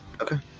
Okay